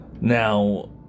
Now